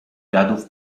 gadów